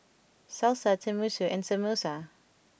Salsa Tenmusu and Samosa